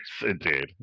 indeed